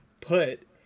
put